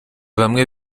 bamwe